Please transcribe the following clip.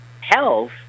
health